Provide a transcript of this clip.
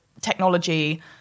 technology